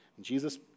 Jesus